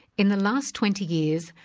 in the last twenty years,